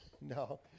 No